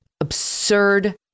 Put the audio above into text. absurd